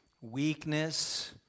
weakness